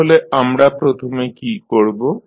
তাহলে আমরা প্রথমে কী করব